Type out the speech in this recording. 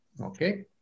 okay